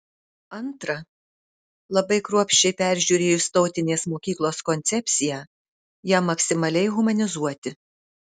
antra labai kruopščiai peržiūrėjus tautinės mokyklos koncepciją ją maksimaliai humanizuoti